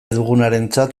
dugunarentzat